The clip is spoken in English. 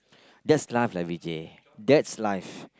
that's life lah Vijay that's life